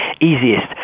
easiest